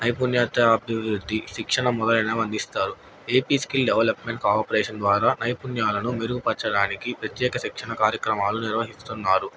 నైపుణ్యత అభివృద్ధి శిక్షణ మొదలైన అందిస్తారు ఏపీ స్కిల్ డెవలప్మెంట్ కార్పొరేషన్ ద్వారా నైపుణ్యాలను మెరుగుపరచడానికి ప్రత్యేక శిక్షణ కార్యక్రమాలు నిర్వహిస్తున్నారు